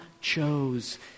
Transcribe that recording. chose